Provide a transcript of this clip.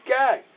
guy